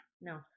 no